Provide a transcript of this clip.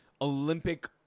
Olympic